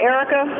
Erica